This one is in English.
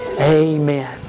Amen